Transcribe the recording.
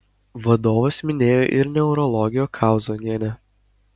vadovas minėjo ir neurologę kauzonienę